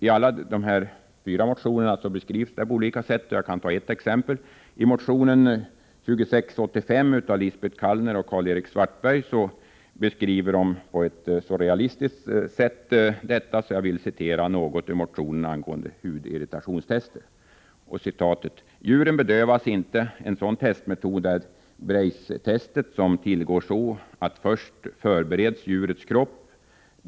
I motion 2685 av Lisbet Calner och Karl-Erik Svartberg beskrivs denna metod på ett realistiskt sätt, och jag vill därför citera något ur den motionen: ”Djuren bedövas inte. En sådan testmetod är Braize-testet som tillgår så att först förbereds djurets kropp.